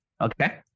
Okay